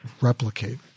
replicate